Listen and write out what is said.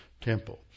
temple